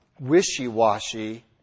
wishy-washy